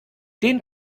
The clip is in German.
den